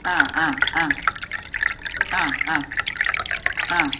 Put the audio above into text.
ആ ആ ആ ആ ആ ആ